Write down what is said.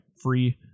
free